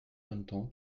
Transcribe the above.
bonneton